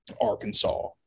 Arkansas